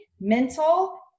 mental